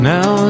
Now